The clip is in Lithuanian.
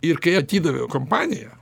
ir kai atidaviau kompaniją